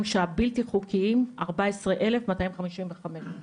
הבלתי חוקיים מספרם ארבע עשרה אלף מאתיים חמישים וחמש.